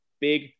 big